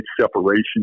separation